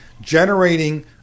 generating